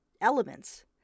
elements